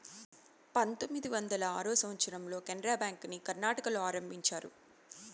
పంతొమ్మిది వందల ఆరో సంవచ్చరంలో కెనరా బ్యాంకుని కర్ణాటకలో ఆరంభించారు